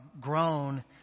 grown